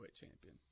champion